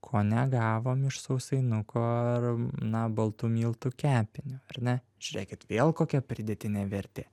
ko negavom iš sausainuko ar na baltų miltų kepinio ar ne žiūrėkit vėl kokia pridėtinė vertė